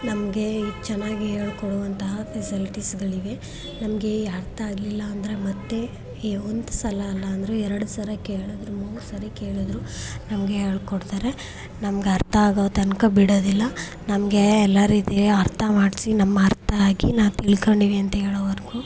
ನಮಗೆ ಇದು ಚೆನ್ನಾಗಿ ಹೇಳ್ಕೊಡುವಂತಹ ಫೆಸಿಲಿಟೀಸ್ಗಳಿವೆ ನಮಗೆ ಅರ್ಥ ಆಗಲಿಲ್ಲ ಅಂದರೆ ಮತ್ತೆ ಈ ಒಂದು ಸಲ ಅಲ್ಲಾಂದರೆ ಎರಡು ಸಲ ಕೇಳಿದ್ರೂ ಮೂರು ಸಾರಿ ಕೇಳಿದ್ರೂ ನಮಗೆ ಹೇಳ್ಕೊಡ್ತಾರೆ ನಮ್ಗೆ ಅರ್ಥ ಆಗೊ ತನಕ ಬಿಡೋದಿಲ್ಲ ನಮಗೆ ಎಲ್ಲ ರೀತಿ ಅರ್ಥ ಮಾಡಿಸಿ ನಮ್ಗರ್ಥ ಆಗಿ ನಾವು ತಿಳ್ಕಂಡಿವಿ ಅಂತ್ಹೇಳೊವರೆಗೂ